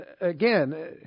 Again